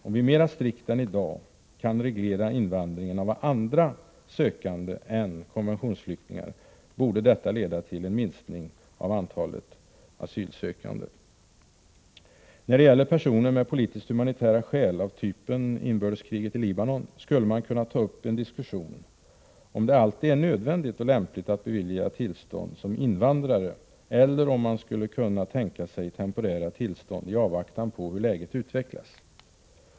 Om vi mer strikt än i dag kan reglera invandringen av andra sökande än konventionsflyktingar borde detta leda till en minskning av antalet asylsökande. När det gäller personer med politisk-humanitära skäl — av typen inbördeskriget i Libanon — skulle man kunna ta upp en diskussion om det alltid är nödvändigt och lämpligt att bevilja tillstånd som invandrare, eller om man skulle kunna tänka sig temporära tillstånd i avvaktan på hur läget utvecklas.